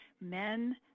men